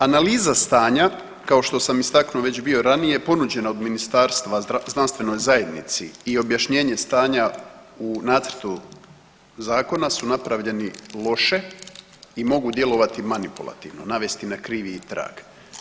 Analiza stanja kao što sam istaknuo već bio ranije ponuđena od ministarstva znanstvenoj zajednici i objašnjenje stanja u nacrtu zakona su napravljeni loše i mogu djelovati manipulativno, navesti na krivi trag.